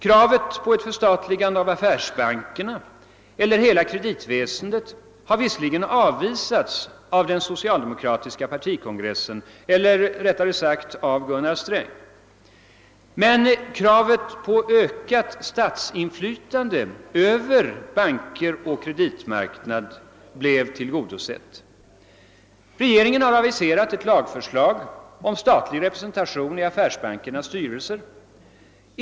Kravet på ett förstatligande av affärsbankerna eller av hela kreditväsendet har visserligen avvisats av den socialdemokratiska partikongressen — eller rättare sagt av Gunnar Sträng — men kravet på ökat statsinflytande över banker och kreditmarknad blev tillgodosett. Regeringen har aviserat ett lagförslag om statlig representation i affärsbankernas styrelser.